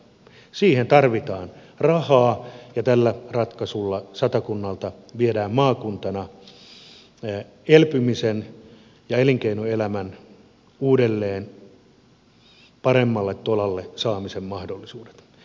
siihen tarvitaan rahaa ja tällä ratkaisulla satakunnalta viedään maakuntana elpymisen ja elinkeinoelämän uudelleen paremmalle tolalle saamisen mahdollisuudet